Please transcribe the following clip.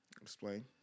Explain